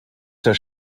der